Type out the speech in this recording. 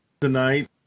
tonight